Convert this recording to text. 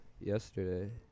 Yesterday